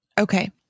Okay